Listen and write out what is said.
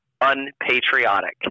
unpatriotic